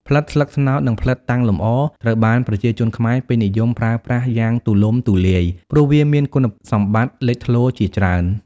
ផ្លិតស្លឹកត្នោត និងផ្លិតតាំងលម្អ ត្រូវបានប្រជាជនខ្មែរពេញនិយមប្រើប្រាស់យ៉ាងទូលំទូលាយ ព្រោះវាមានគុណសម្បត្តិលេចធ្លោជាច្រើន។